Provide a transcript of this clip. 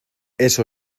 eso